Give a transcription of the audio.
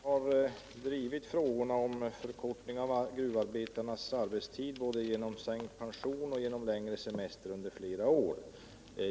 Herr talman! Vi har under flera år drivit frågan om förkortning av gruvarbetarnas arbetstid både genom sänkning av pensionsåldern och genom längre semester.